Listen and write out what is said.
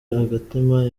agatima